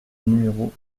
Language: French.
numéro